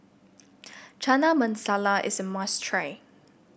Chana Masala is a must try